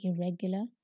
irregular